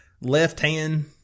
left-hand